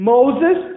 Moses